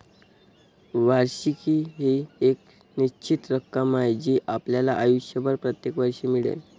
वार्षिकी ही एक निश्चित रक्कम आहे जी आपल्याला आयुष्यभर प्रत्येक वर्षी मिळेल